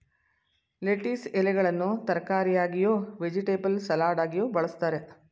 lettuce ಎಲೆಗಳನ್ನು ತರಕಾರಿಯಾಗಿಯೂ, vegetable ಸಲಡಾಗಿಯೂ ಬಳ್ಸತ್ತರೆ